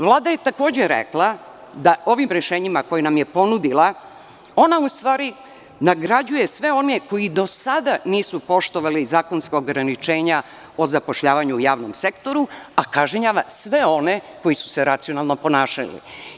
Vlada je takođe rekla da ovim rešenjima koje nam je ponudila ona u stvari nagrađuje sve one koji do sada nisu poštovali zakonska ograničenja o zapošljavanju u javnom sektoru, a kažnjava sve one koji su se racionalno ponašali.